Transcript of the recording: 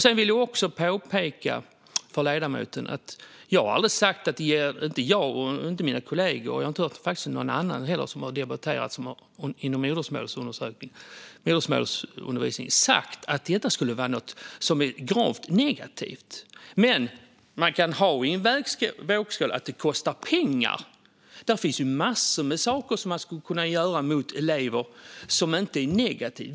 Sedan vill jag också påpeka för ledamoten att varken jag eller mina kollegor sagt att detta skulle vara något som är gravt negativt. Jag har faktiskt inte hört någon som debatterat modersmålsundervisning säga det. Men man kan ha i en vågskål att modersmålsundervisningen kostar pengar. Det finns massor med saker som man skulle kunna göra för elever och som inte är negativa.